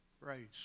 praise